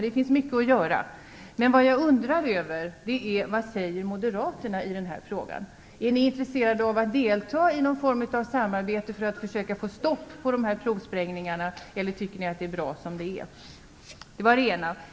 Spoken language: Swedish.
Det finns mycket att göra. Vad jag undrar över är vad ni moderater säger i frågan. Är ni intresserade av att delta i någon form av samarbete för att försöka få stopp på de här provsprängningarna, eller tycker ni att det är bra som det är? Det var det ena.